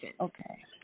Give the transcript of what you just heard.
okay